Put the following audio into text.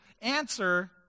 answer